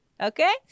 okay